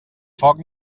foc